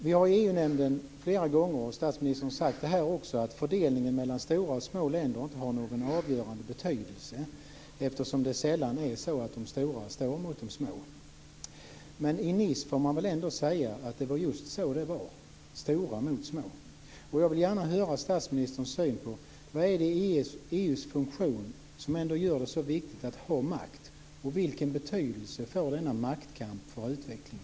Vi har i EU-nämnden flera gånger sagt, och statsministern har sagt det här också, att fördelningen mellan stora och små länder inte har någon avgörande betydelse eftersom det sällan är så att de stora länderna står mot de små. Men man får väl ändå säga att i Nice var det just så det var; stora mot små. Jag vill gärna höra statsministerns syn på vad det är i EU:s funktion som gör det så viktigt att ha makt och vilken betydelse denna maktkamp får för utvecklingen.